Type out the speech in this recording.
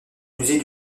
musée